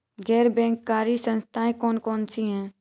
गैर बैंककारी संस्थाएँ कौन कौन सी हैं?